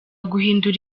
guhindura